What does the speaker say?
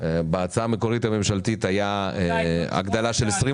בהצעה המקורית הממשלתית הייתה הגדלה של 20